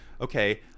okay